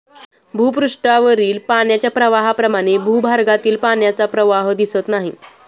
भूपृष्ठावरील पाण्याच्या प्रवाहाप्रमाणे भूगर्भातील पाण्याचा प्रवाह दिसत नाही